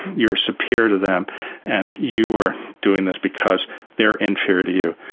you're superior to them and you are doing this because they're inferior to you.